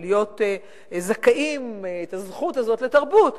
להיות זכאים לזכות הזאת לתרבות,